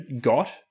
got